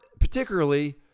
particularly